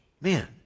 Man